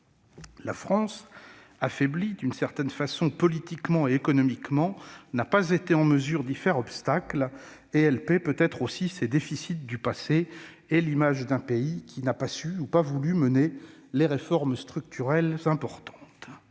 La France, d'une certaine façon affaiblie politiquement et économiquement, n'a pas été en mesure d'y faire obstacle. Elle paie peut-être aussi ses déficits du passé et l'image d'un pays qui n'a pas su ou pas voulu mener les réformes structurelles importantes.